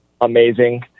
amazing